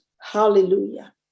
hallelujah